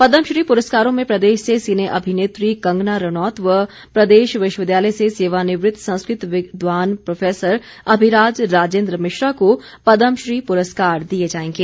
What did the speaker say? पदमश्री पुरस्कारों में प्रदेश से सिने अभिनेत्री कंगना रणौत व प्रदेश विश्वविद्यालय से सेवानिवृत्त संस्कृत विद्वान प्रोफसर अभिराज राजेन्द्र मिश्रा को पद्मश्री पुरस्कार दिये जायेंगे